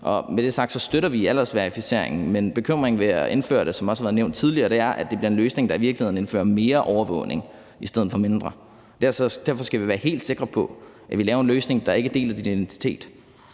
Når det er sagt, støtter vi aldersverificering, men bekymringen ved at indføre det, hvilket også har været nævnt tidligere, er, at det bliver en løsning, der i virkeligheden indfører mere overvågning i stedet for mindre. Derfor skal vi være helt sikre på, at vi laver en løsning, der ikke deler din identitet.